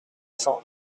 cent